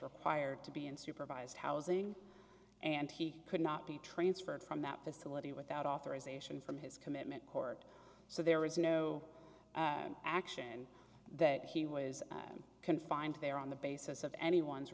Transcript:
required to be unsupervised housing and he could not be transferred from that facility without authorization from his commitment court so there is no action that he was confined there on the basis of anyone's